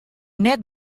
net